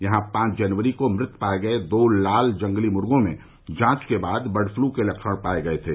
यहां पांच जनवरी को मृत पाये गये दो लाल जंगली मुर्गो में जांच के बाद बर्ड फ्लू के लक्षण पाये गये थे